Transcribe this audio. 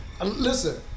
Listen